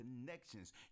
connections